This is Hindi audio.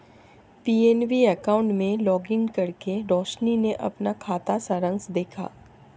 पी.एन.बी अकाउंट में लॉगिन करके रोशनी ने अपना खाता सारांश देखा